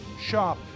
shop